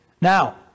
Now